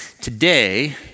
Today